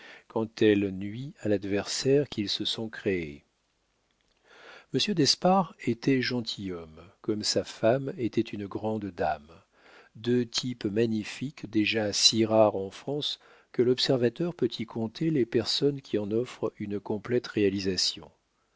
quand elle nuit à l'adversaire qu'ils se sont créé monsieur d'espard était gentilhomme comme sa femme était une grande dame deux types magnifiques déjà si rares en france que l'observateur peut y compter les personnes qui en offrent une complète réalisation